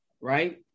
right